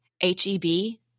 H-E-B